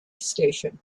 station